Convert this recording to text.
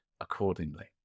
accordingly